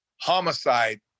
Homicide